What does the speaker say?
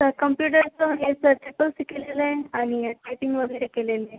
तर कॉम्प्युटरचं हे सर ट्रिपल सी केलेलं आहे आणि टायपिंग वगैरे केलेलं आहे